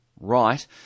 right